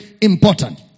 important